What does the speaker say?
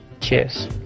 cheers